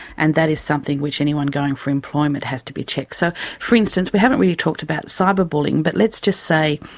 and that is something which anyone going for employment has to be checked. so, for instance, we haven't really talked about cyber bullying, but let's just say,